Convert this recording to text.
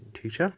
ٹھیٖک چھےٚ